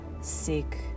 sick